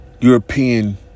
European